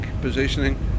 positioning